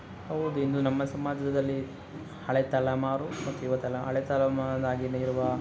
ಹೌದು ಇಂದು ನಮ್ಮ ಸಮಾಜದಲ್ಲಿ ಹಳೆ ತಲೆಮಾರು ಮತ್ತು ಯುವ ತಲೆ ಹಳೆ ತಲೆಮಾರಿಂದ ಆಗಿಂದ ಇರುವ